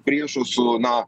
priešo su na